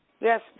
Yes